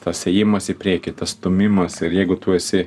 tas ėjimas į priekį tas stūmimas ir jeigu tu esi